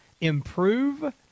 improve